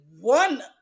one